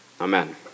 Amen